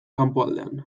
kanpoaldean